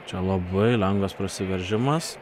čia labai lengvas prasiveržimas